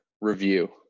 Review